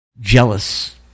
jealous